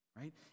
right